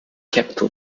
capital